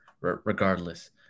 Regardless